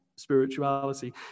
spirituality